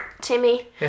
Timmy